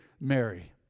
Mary